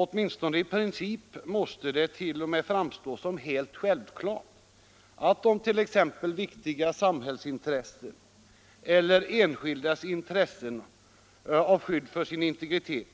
Åtminstone i princip måste det t.o.m. framstå som helt självklart att om t.ex. viktiga samhällsintressen eller enskildas intressen till skydd för sin integritet